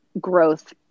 growth